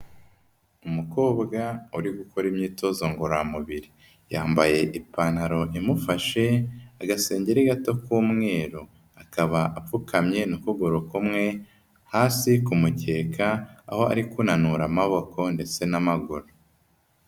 Umukobwa uri gukora imyitozo ngororamubiri. Yambaye ipantaro imufashe, agasengeri gato k'umweru. Akaba apfukamye n'ukuguru kumwe, hasi ku mucyeka, aho ari kunanura amaboko ndetse n'amaguru.